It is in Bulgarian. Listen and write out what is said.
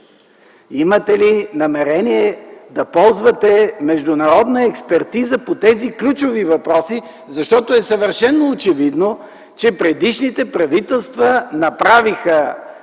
Имате ли намерение да ползвате международна експертиза по тези ключови въпроси, защото е съвършено очевидно, че предишните правителства направиха